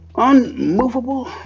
Unmovable